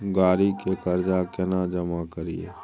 गाड़ी के कर्जा केना जमा करिए?